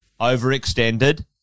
overextended